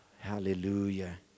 Hallelujah